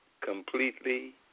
completely